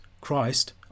Christ